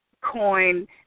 Coin